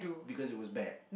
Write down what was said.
because it was bad